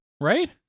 right